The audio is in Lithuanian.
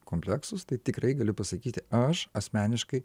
kompleksus tai tikrai galiu pasakyti aš asmeniškai